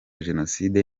jenoside